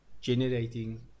generating